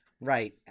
Right